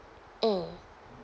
mm